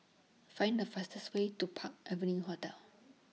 Find The fastest Way to Park Avenue Hotel